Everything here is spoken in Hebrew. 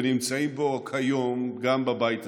ונמצאים פה כיום גם בבית הזה.